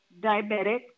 diabetic